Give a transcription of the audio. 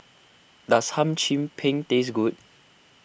does Hum Chim Peng taste good